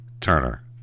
Turner